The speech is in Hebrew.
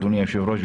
אדוני היושב-ראש,